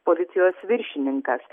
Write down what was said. policijos viršininkas